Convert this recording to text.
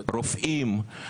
רופאים,